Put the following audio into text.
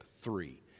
three